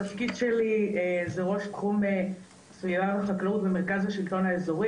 התפקיד שלי זה ראש תחום חקלאות ואיכות סביבה במרכז השלטון האזורי,